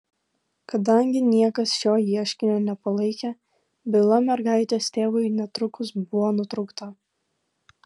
kadangi niekas šio ieškinio nepalaikė byla mergaitės tėvui netrukus buvo nutraukta